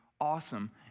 awesome